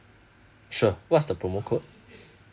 sure what's the promo code